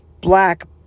black